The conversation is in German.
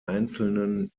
einzelnen